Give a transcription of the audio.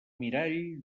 mirall